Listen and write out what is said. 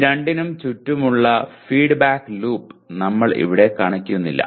ഈ രണ്ടിനും ചുറ്റുമുള്ള ഫീഡ്ബാക്ക് ലൂപ്പ് നമ്മൾ ഇവിടെ കാണിക്കുന്നില്ല